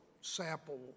sample